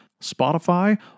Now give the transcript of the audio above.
Spotify